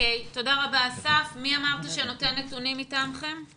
משרד הבריאות צריך לתת את החותמת גם כשהוא יוצא וגם כשהוא רשאי לחזור.